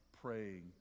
praying